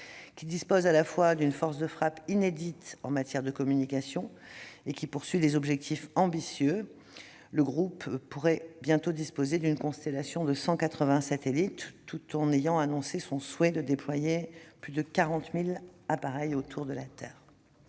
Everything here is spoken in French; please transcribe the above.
qui dispose à la fois d'une force de frappe inédite en matière de communication et qui poursuit surtout des objectifs ambitieux. Le groupe pourrait en effet bientôt disposer d'une constellation de 180 satellites tout en ayant annoncé son souhait de déployer plus de 40 000 appareils autour de la Terre.